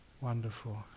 Wonderful